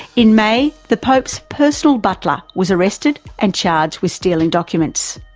in may, the pope's personal butler was arrested and charged with stealing documents.